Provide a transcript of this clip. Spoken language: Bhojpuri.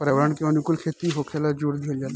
पर्यावरण के अनुकूल खेती होखेल जोर दिहल जाता